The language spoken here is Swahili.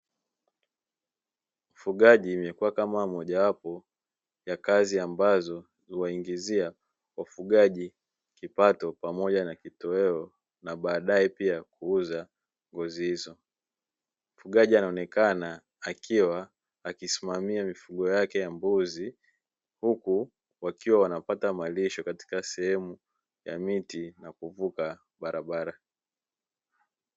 Ufugaji imekuwa kama mojawapo ya kazi ambazo, huwaingizia wafugaji kipato pamoja na kitoweo na baadaye, pia kuuza ngozi hizo. Mfugaji anaonekana akiwa akisimamia mifugo yake ya mbuzi, huku wakiwa wanapata malisho katika sehemu ya miti na kuvuka barabara.